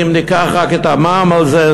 אם ניקח רק את המע"מ על זה,